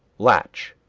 latch.